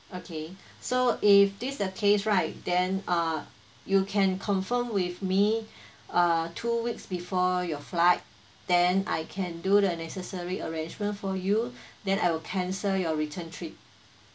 okay so if this the case right then uh you can confirm with me uh two weeks before your flight then I can do the necessary arrangement for you then I will cancel your return trip